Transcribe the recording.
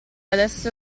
adesso